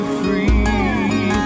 free